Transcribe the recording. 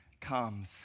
comes